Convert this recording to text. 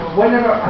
whenever